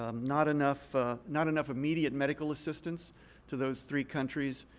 ah not enough not enough immediate medical assistance to those three countries